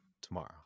tomorrow